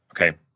Okay